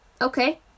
Okay